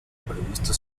previsto